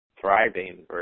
thriving